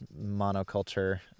monoculture